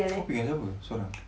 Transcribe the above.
kau pergi dengan siapa seorang